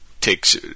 takes